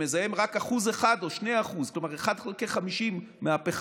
שמזהם רק 1% או 2%, כלומר אחד חלקי 50 מהפחם,